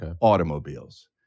Automobiles